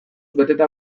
beteta